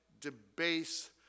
debase